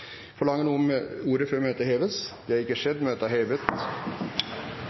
Forlanger noen ordet før møtet heves? – Møtet er hevet.